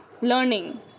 learning